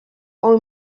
uyu